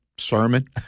sermon